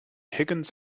higgins